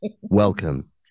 Welcome